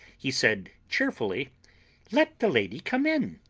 he said cheerfully let the lady come in,